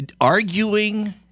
arguing